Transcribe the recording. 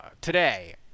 today